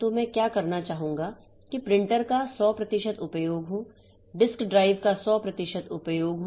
तो मैं क्या करना चाहूंगा कि प्रिंटर का 100 प्रतिशत उपयोग हो डिस्क ड्राइव का 100 प्रतिशत उपयोग हो